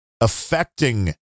affecting